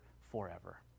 forever